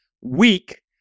weak